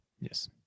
Yes